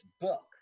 book